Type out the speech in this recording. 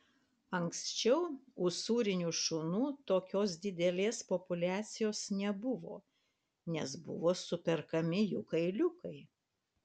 anksčiau usūrinių šunų tokios didelės populiacijos nebuvo nes buvo superkami jų kailiukai